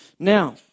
Now